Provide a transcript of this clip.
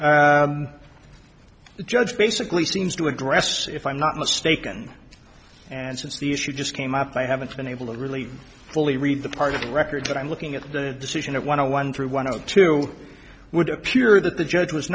the judge basically seems to address if i'm not mistaken and since the issue just came up i haven't been able to really fully read the part of the record but i'm looking at the decision of want to one through one of the two would appear that the judge was